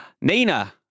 Nina